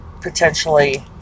potentially